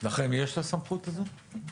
לכם יש את הסמכות הזאת?